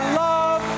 love